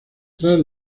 tras